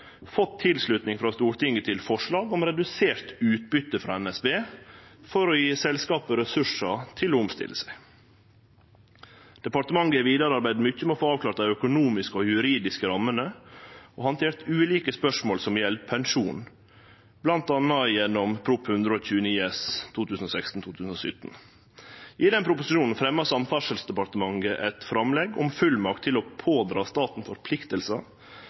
fått tilslutning frå Stortinget til forslag om redusert utbytte frå NSB for å gje selskapet ressursar til å omstille seg. Departementet har vidare arbeidd mykje med å få avklart dei økonomiske og juridiske rammene og har handtert ulike spørsmål som gjeld pensjon, m.a. gjennom Prop. 129 S for 2016–2017. I den proposisjonen fremja Samferdselsdepartementet eit framlegg om fullmakt til å pådra staten